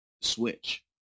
Switch